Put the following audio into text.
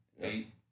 Eight